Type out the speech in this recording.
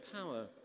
power